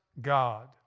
God